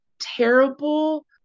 terrible